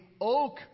oak